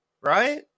Right